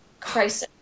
Crisis